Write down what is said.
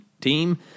team